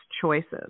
choices